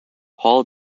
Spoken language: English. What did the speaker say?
paul